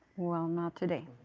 well, not today.